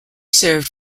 served